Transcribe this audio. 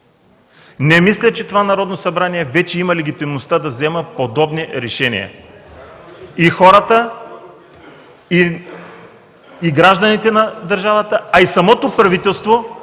Не мисля, че това Народно събрание вече има легитимността да взема подобни решения. И гражданите на държавата, а и самото правителство